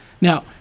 now